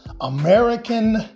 American